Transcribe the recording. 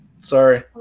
sorry